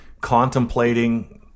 contemplating